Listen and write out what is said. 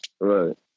Right